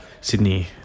Sydney